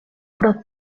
pro